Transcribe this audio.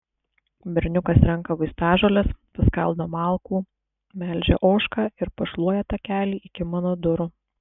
berniukas renka vaistažoles paskaldo malkų melžia ožką ir pašluoja takelį iki mano durų